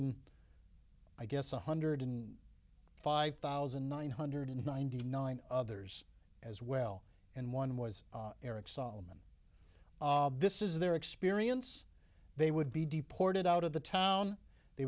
in i guess one hundred in five thousand nine hundred ninety nine others as well and one was eric solomon this is their experience they would be deported out of the town they